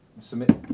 Submit